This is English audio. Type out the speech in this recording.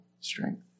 strength